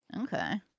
Okay